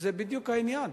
זה בדיוק העניין,